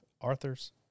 Arthur's